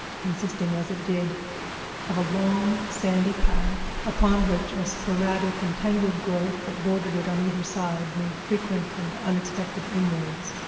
consisting as it did of a long, sandy path, upon which a sporadic and tangled growth that bordered it on either side made frequent and unexpected inroads.